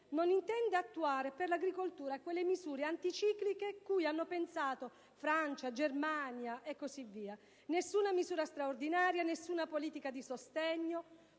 non intende attuare per l'agricoltura quelle misure anticicliche cui hanno pensato Francia, Germania e così via: nessuna misura straordinaria, nessuna politica di sostegno.